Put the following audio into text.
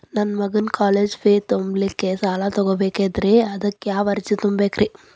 ನನ್ನ ಮಗನ college fee ತುಂಬಲಿಕ್ಕೆ ಸಾಲ ಬೇಕಾಗೆದ್ರಿ ಅದಕ್ಯಾವ ಅರ್ಜಿ ತುಂಬೇಕ್ರಿ?